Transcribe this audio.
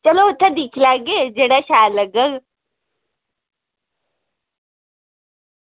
चलो उत्थें दिक्खी लैगे जेह्ड़ा शैल लग्गग